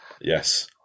Yes